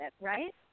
right